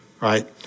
right